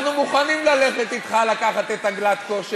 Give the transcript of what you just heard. אנחנו מוכנים ללכת אתך, לקחת את הגלאט-כשר,